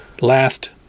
Last